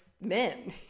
men